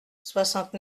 soixante